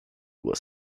was